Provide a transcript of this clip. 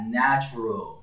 natural